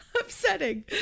upsetting